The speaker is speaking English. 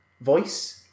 voice